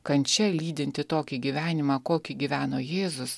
kančia lydinti tokį gyvenimą kokį gyveno jėzus